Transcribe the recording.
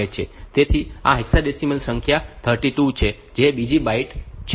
તેથી આ હેક્સાડેસિમલ સંખ્યા 32 છે જે બીજી બાઈટ છે